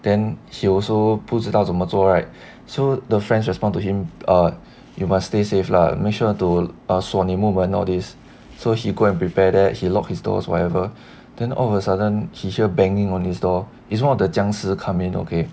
then he also 不知道怎么做 right so the friends respond to him err you must stay safe lah make sure to err 锁你木门 all these so he go and prepare that he locked doors whatever then all of a sudden he heard banging on his door it's one of the 僵尸 come in okay